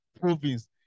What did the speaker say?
provinces